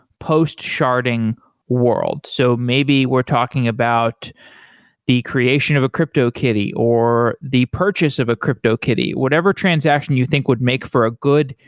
post sharding world. so maybe we're talking about the creation of a cryptokitty or the purchase of a cryptokitty. whatever transaction you think would make for a good,